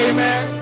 Amen